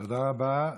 תודה רבה.